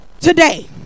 today